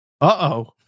uh-oh